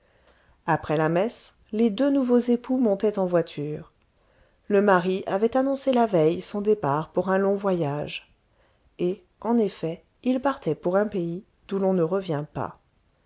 après la messe les deux nouveaux époux montaient en voiture le mari avait annoncé la veille son départ pour un long voyage et en effet il partait pour un pays d'où l'on ne revient pas